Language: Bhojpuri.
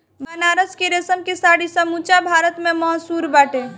बनारस के रेशम के साड़ी समूचा भारत में मशहूर बाटे